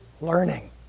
learning